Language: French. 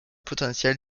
potentiels